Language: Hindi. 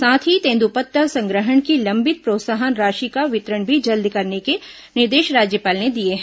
साथ ही तेंद्रपत्ता संग्रहण की लंबित प्रोत्साहन राशि का वितरण भी जल्द करने के निर्देश राज्यपाल ने दिए हैं